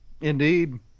Indeed